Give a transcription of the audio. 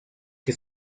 que